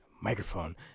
microphone